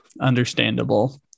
Understandable